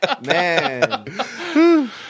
Man